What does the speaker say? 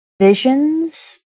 visions